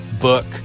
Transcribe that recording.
book